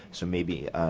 so maybe